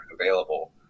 available